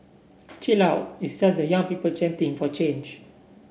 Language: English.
chill out it's just a young people chanting from change